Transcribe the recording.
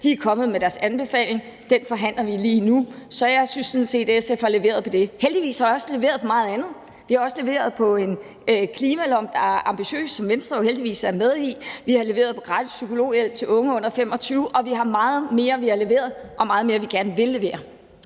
De er kommet med deres anbefaling. Den forhandler vi lige nu. Så jeg synes sådan set, at SF har leveret på det. Heldigvis har vi også leveret på meget andet. Vi har også leveret på en klimalov, der er ambitiøs, og som Venstre jo heldigvis er med i. Vi har leveret på gratis psykologhjælp til unge under 25 år, og der er meget mere, vi har leveret, og meget mere, vi gerne vil levere.